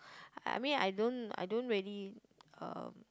I mean I don't I don't really um